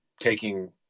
taking